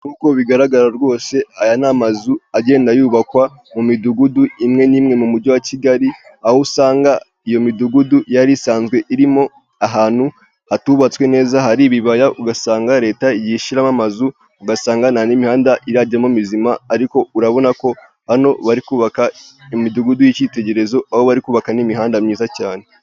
Nkuko bigaragara rwose aya ni amazu agenda yubakwa mu midugudu imwe n'imwe mu mujyi wa kigali aho usanga iyo midugudu yari isanzwe irimo ahantu hatubatswe neza hari ibibaya ugasanga leta igiye ishyiramo amazu ugasanga nta n'imihanda irajyamo mizima ariko urabona ko hano bari kubaka imidugudu y'icyitegererezo aho bari kubaka n'imihanda myiza cyane